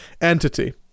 entity